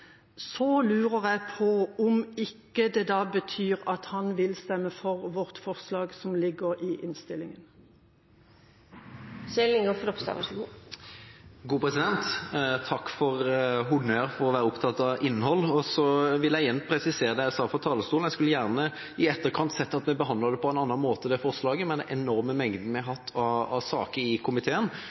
Så vil jeg igjen presisere det jeg sa oppe fra talerstolen: Jeg skulle gjerne i etterkant sett at vi behandlet det forslaget på en annen måte. Med den enorme mengden av saker vi har hatt i komiteen,